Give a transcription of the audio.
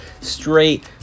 straight